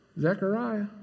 Zechariah